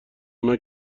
اونا